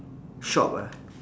shop ah